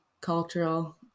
cultural